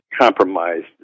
compromised